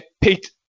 Pete